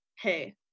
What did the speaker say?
hey